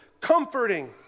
comforting